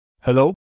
Hello